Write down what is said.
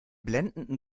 blendenden